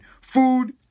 food